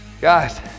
Guys